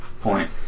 point